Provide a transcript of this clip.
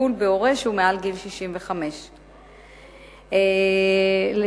טיפול בהורה שהוא מעל גיל 65. לטעמנו,